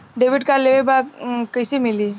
Debit card लेवे के बा कईसे मिली?